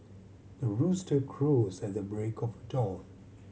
the rooster crows at the break of dawn